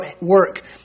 work